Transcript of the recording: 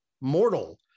mortal